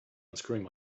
unscrewing